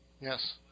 Yes